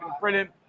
brilliant